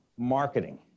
Marketing